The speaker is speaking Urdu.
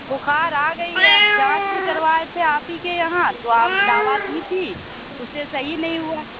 بُخار آ گئی ہے جانچ بھی کروائے تھے آپ ہی کے یہاں تو آپ دوا دی تھی اُس سے صحیح نہیں ہُوا